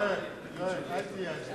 הוא מורם מעם?